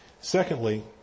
Secondly